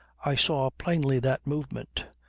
i saw plainly that movement,